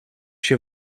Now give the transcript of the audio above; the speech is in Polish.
się